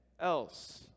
else